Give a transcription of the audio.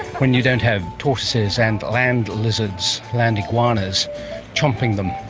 when you don't have tortoises and land lizards, land iguanas chomping them,